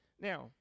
Now